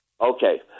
Okay